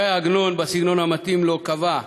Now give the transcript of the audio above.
ש"י עגנון, בסגנון המתאים לו, קבע: